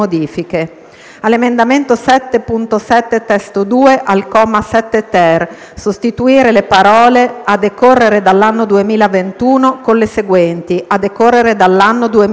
all'emendamento 7.7 (testo 2), al comma 7-*ter*, sostituire le parole: "a decorrere dall'anno 2021", con le seguenti: "a decorrere dall'anno 2022"